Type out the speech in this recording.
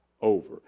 over